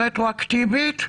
הרטרואקטיבית.